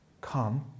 come